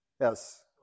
Yes